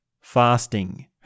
fasting